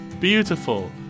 beautiful